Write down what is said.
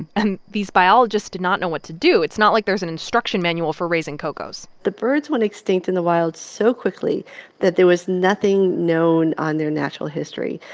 and these biologists do not know what to do. it's not like there's an instruction manual for raising ko'ko's the birds went extinct in the wild so quickly that there was nothing known on their natural history.